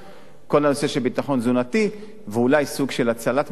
כל הנושא של ביטחון תזונתי ואולי סוג של הצלת מזון.